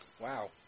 Wow